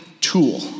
tool